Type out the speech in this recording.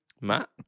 Matt